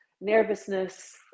nervousness